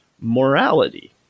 morality